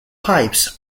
pipes